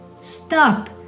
stop